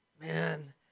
man